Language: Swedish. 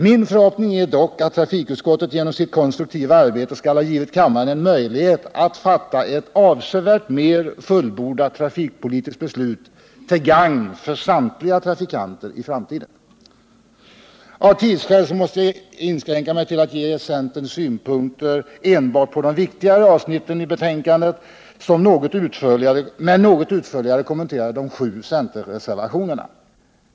Min förhoppning är dock att trafikutskottet genom sitt konstruktiva arbete skall ha givit kammaren en möjlighet att fatta ett avsevärt mer fullbordat trafikpolitiskt beslut till gagn för samtliga trafikanter i framtiden. Av tidsskäl måste jag inskränka mig till att ge centerns synpunkter enbart på de viktigare avsnitten i betänkandet samt något utförligare kommentera de sju centerreservationerna.